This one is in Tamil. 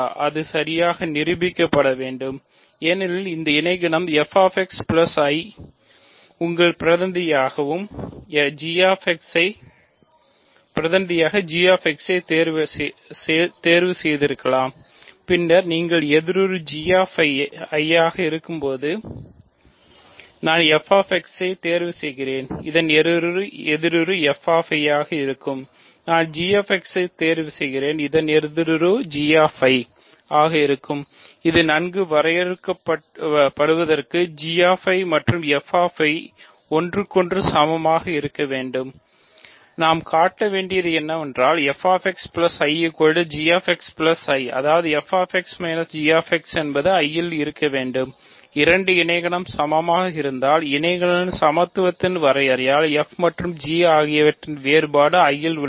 அது சரியாக நிரூபிக்கப்பட வேண்டும் ஏனெனில் இந்த இணைகணம் f இன் ஒன்றுக்கொன்று சமமாக இருக்க வேண்டும் நாம் காட்ட வேண்டியது என்னவென்றால் f என்பது I இல் உள்ளது இரண்டு இணைகணம் சமமாக இருந்தால் இணைகணம்களின் சமத்துவத்தின் வரையறையால் f மற்றும் g ஆகியவற்றின் வேறுபாடு I இல் உள்ளது